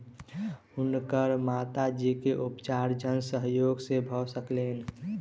हुनकर माता जी के उपचार जन सहयोग से भ सकलैन